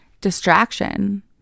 distraction